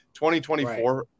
2024